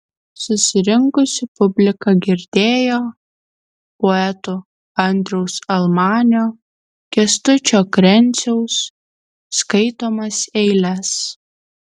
susirinkusi publika girdėjo poetų andriaus almanio kęstučio krenciaus skaitomas eiles